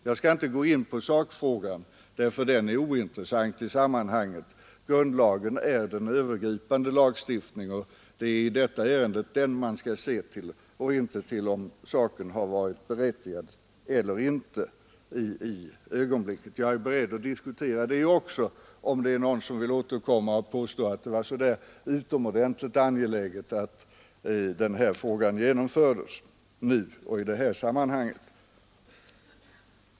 Jag skall inte gå in på sakfrågan; den är ointressant i sammanhanget. Grundlagen är den övergripande lagstiftningen, och det är i detta ärende den man skall se till och inte till om saken varit berättigad eller inte i ögonblicket. Men jag är beredd att diskutera det också, om det är någon som vill påstå att det var så utomordentligt angeläget att denna sak genomfördes nu och i detta sammanhang.